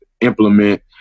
implement